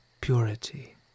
purity